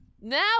Now